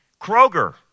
Kroger